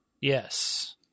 Yes